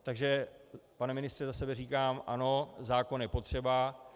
Takže pane ministře, za sebe říkám ano, zákon je potřeba.